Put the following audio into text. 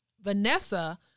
Vanessa